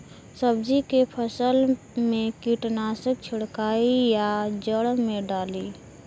सब्जी के फसल मे कीटनाशक छिड़काई या जड़ मे डाली?